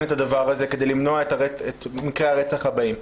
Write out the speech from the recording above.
את הדבר הזה כדי למנוע את מקרי הרצח הבאים.